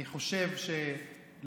אני חושב שלאימהות,